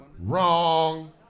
Wrong